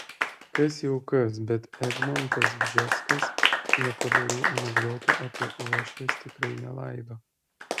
kas jau kas bet egmontas bžeskas nepadorių anekdotų apie uošves tikrai nelaido